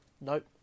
Nope